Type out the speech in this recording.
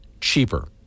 cheaper